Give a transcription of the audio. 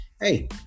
Hey